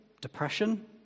Depression